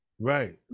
right